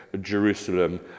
Jerusalem